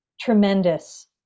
tremendous